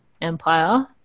Empire